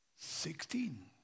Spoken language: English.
Sixteen